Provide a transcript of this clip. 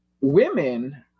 women